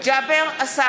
עידן רול,